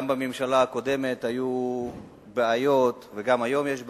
גם בממשלה הקודמת היו בעיות וגם היום יש בעיות,